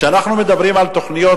כשאנחנו מדברים על תוכניות,